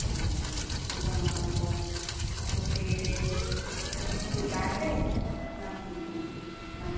তা নতুন আধার কার্ড করতে গেলে কিছু লাগবে না কি মানে